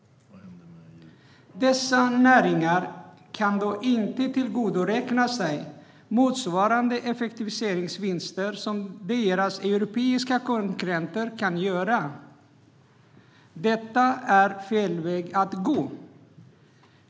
Dessa näringar kan då inte tillgodoräkna sig motsvarande effektivitetsvinster som deras europeiska konkurrenter kan göra. Detta är fel väg att gå.